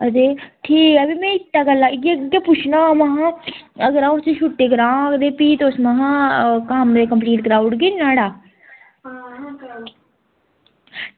अते ठीक ऐ फ्ही में इत्तै गल्ला इ'यै इ'यै पुच्छना हा महां अगर अं'ऊ इसी छुट्टी कराङ ते फ्ही तुस महां कम्म एह् कंप्लीट कराई ओड़गे नी नुहाड़ा